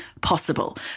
possible